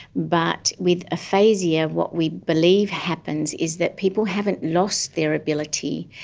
but with aphasia what we believe happens is that people haven't lost their ability,